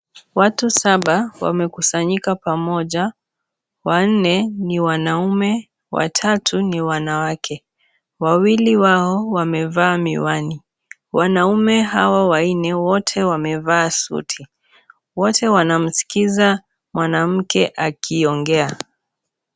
Watu saba wamekusanyika pamoja, wanne ni wanaume, watatu ni wanawake, wawili wao wamevaa miwani, wanaume hawa wanne wote wamevaa suti, wote wanamskiza mwanamke akiongea.